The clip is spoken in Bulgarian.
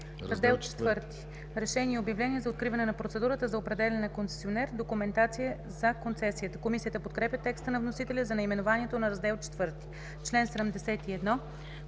„Раздел IV – „Решение и обявление за откриване на процедурата за определяне на концесионер. Документация за концесията“. Комисията подкрепя текста на вносителя за наименоването на Раздел IV.